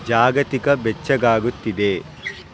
ಜಾಗತಿಕ ಬೆಚ್ಚಗಾಗುತ್ತಿದೆ